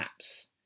apps